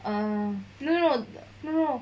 oh no no no no no no